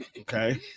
Okay